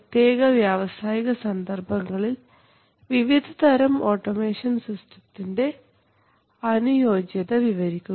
പ്രത്യേക വ്യാവസായിക സന്ദർഭങ്ങളിൽ വിവിധതരം ഓട്ടോമേഷൻ സിസ്റ്റംസ്ൻറെ അനുയോജ്യത വിവരിക്കുക